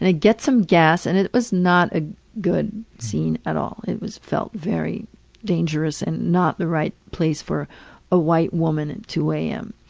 and get some gas and it was not a good scene at all. it felt very dangerous and not the right place for a white woman at two am.